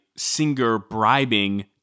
singer-bribing